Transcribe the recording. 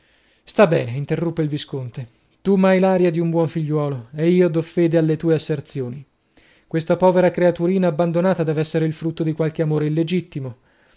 sta bene interruppe il visconte tu m'hai l'aria di un buon figliuolo ed io do fede alle tue asserzioni questa povera creaturina abbandonata dev'essere il frutto di qualche amore illegittimo